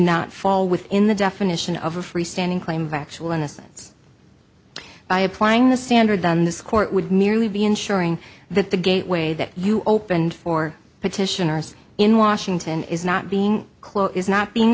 not fall within the definition of a free standing claim of actual innocence by applying the standard then this court would merely be ensuring that the gateway that you opened for petitioners in washington is not being closed is not being